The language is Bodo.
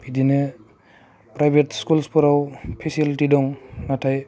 बिदिनो प्राइभेट स्कुल्सफोराव फेसिलिटि दं नाथाय